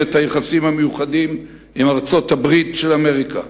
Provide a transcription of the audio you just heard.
את היחסים המיוחדים עם ארצות-הברית של אמריקה.